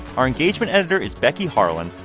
our engagement editor is becky harlan.